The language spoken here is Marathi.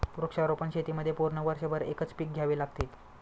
वृक्षारोपण शेतीमध्ये पूर्ण वर्षभर एकच पीक घ्यावे लागते